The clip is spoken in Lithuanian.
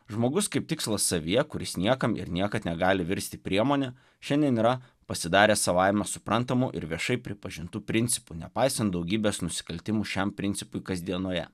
žmogus kaip tikslas savyje kuris niekam ir niekad negali virsti priemone šiandien yra pasidaręs savaime suprantamu ir viešai pripažintu principu nepaisant daugybės nusikaltimų šiam principui kasdienoje